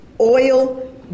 oil